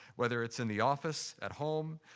whether it's in the office, at home,